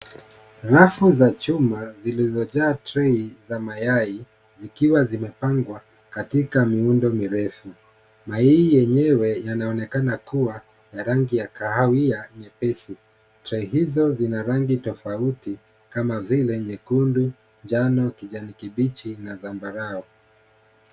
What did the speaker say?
Rafu za chuma zilizojaa trei za mayai. Zikiwa zimepangwa katika miundo mirefu. Mayai yenyewe yanaonekana kuwa ya rangi ya kahawia nyepesi. Trei hizo zina rangi tofauti kama vile nyekundu, njano, kijani kibichi na zambarau.